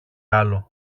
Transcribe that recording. άλλο